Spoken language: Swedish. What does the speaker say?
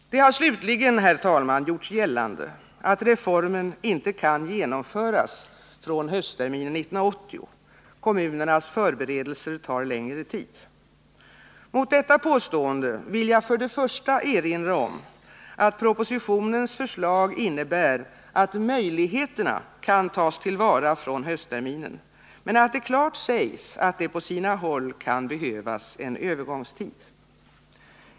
Det har slutligen, herr talman, gjorts gällande att reformen inte kan genomföras från höstterminen 1980 - kommunernas förberedelser tar längre tid. Mot detta påstående vill jag för det första erinra om att propositionen innebär att möjligheterna kan tas till vara från höstterminen, men att det klart sägs att det på sina håll kan behövas en övergångstid.